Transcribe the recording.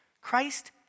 Christ